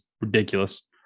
ridiculous